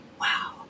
wow